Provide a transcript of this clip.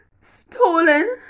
Stolen